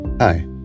Hi